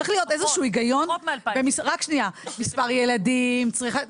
צריך להיות איזה שהוא היגיון, מספר ילדים, צריכה.